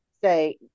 say